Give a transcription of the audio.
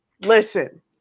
Listen